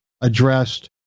addressed